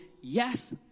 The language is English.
Yes